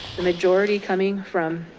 the majority coming from